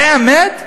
זו האמת?